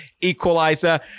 equalizer